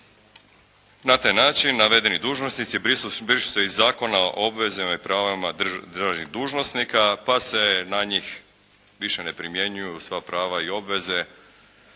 Na taj način navedeni dužnosnici brišu se iz zakona o obvezama i pravima državnih dužnosnika pa se na njih više ne primjenjuju sva prava i obveze